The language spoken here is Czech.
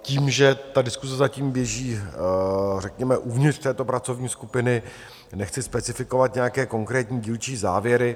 Tím, že diskuse zatím běží řekněme uvnitř této pracovní skupiny, nechci specifikovat nějaké konkrétní dílčí závěry.